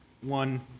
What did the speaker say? one